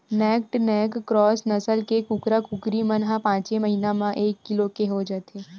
naked neck cross नसल के कुकरा, कुकरी मन ह पाँचे महिना म एक किलो के हो जाथे